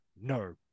No